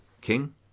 King